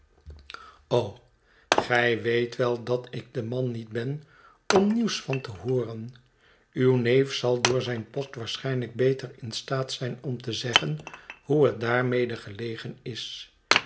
gij weet wel dat ik'de man niet ben om nieuws van te hooren uw neef zal door zijn post waarschijnlijk beter in staat zijn om te zeggen hoe het daarmede gelegen is